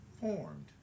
formed